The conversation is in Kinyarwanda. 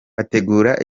ategura